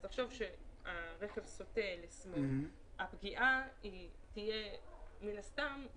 תחשוב שהרכב סוטה והפגיעה מן הסתם תהיה